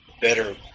Better